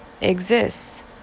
exists